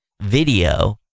video